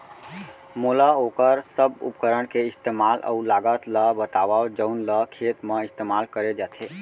मोला वोकर सब उपकरण के इस्तेमाल अऊ लागत ल बतावव जउन ल खेत म इस्तेमाल करे जाथे?